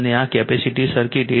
અને આ capacitive circuit 8